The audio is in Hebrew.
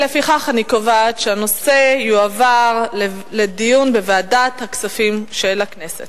לפיכך אני קובעת שהנושא יועבר לדיון בוועדת הכספים של הכנסת.